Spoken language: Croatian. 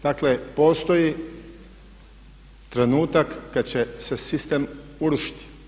Dakle, postoji trenutak kad će se sistem urušiti.